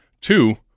Two